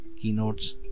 keynotes